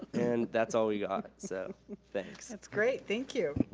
and that's all we've got, so thanks. that's great, thank you.